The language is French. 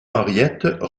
henriette